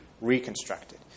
reconstructed